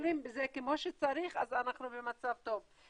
שמטפלים בזה כמו שצריך אז אנחנו במצב טוב.